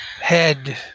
Head